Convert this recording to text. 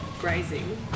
grazing